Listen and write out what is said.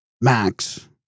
Max